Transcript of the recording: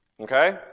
Okay